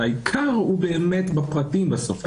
והעיקר הוא באמת בפרטים בסוף,